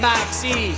Maxi